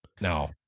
Now